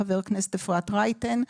חברת הכנסת אפרת רייטן,